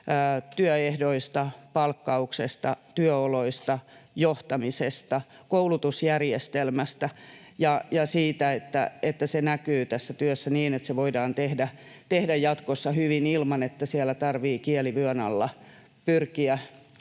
työehdoista, palkkauksesta, työoloista, johtamisesta, koulutusjärjestelmästä. Ja ne ratkaisut näkyvät tässä työssä niin, että työ voidaan tehdä jatkossa hyvin, ilman että siellä tarvitsee kieli vyön alla pyrkiä